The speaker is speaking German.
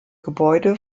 gebäude